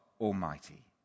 Almighty